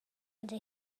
ydy